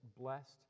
blessed